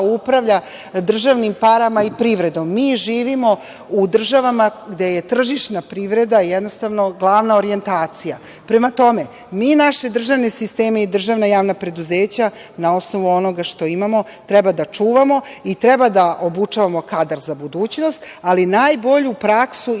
upravlja državnim parama i privredom. Mi živimo u državama gde je tržišna privreda jednostavno glavna orijentacija. Prema tome, mi naše državne sisteme i državna javna preduzeća, na osnovu onoga što imamo, treba da čuvamo i treba da obučavamo kadar za budućnost, ali najbolju praksu